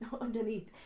underneath